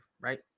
right